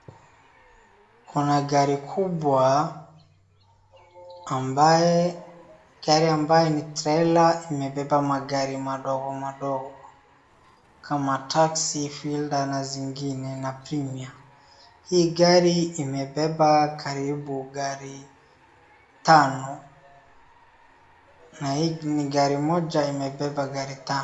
Kuna gari kubwa ambaye gari amabaye ni trela imebeba magari madogo madogo kama taxi, filder na zingine na premier. Hii gari imebeba karibu gari tano na hii ni gari moja imebeba gari tano.